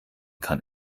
kann